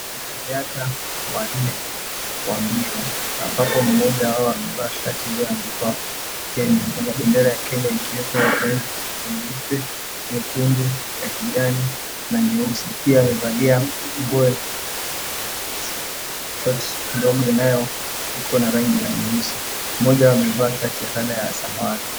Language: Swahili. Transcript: Wanariadha wa mbio ambao mmoja wao amevaa shati iliyoa andikwa KENYA na bendera ya bedera ya kenya ikiwemo na rangi nyeupe, nyekundu, kijani na nyeusi. Pia amevalia short ndogo iliyo ya rangi ya nyeusi. Mmoja amevaa shati ya colour ya samawati.